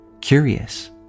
Curious